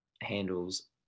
handles